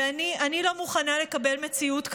אני לא מוכנה לקבל מציאות כזאת.